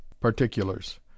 particulars